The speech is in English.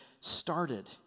started